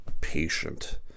patient